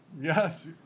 Yes